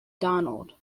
donald